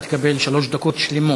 שלוש דקות.